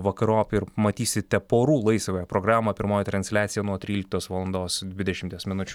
vakarop ir matysite porų laisvą programą pirmoji transliacija nuo tryliktos valandos dvidešimties minučių